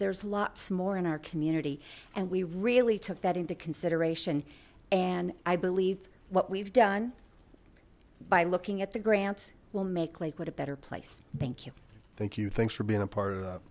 there's lots more in our community and we really took that into consideration and i believe what we've done by looking at the grants will make lakewood a better place thank you thank you thanks for being a part of